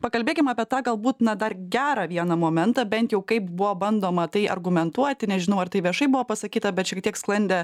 pakalbėkim apie tą galbūt na dar gerą vieną momentą bent jau kaip buvo bandoma tai argumentuoti nežinau ar tai viešai buvo pasakyta bet šiek tiek sklandė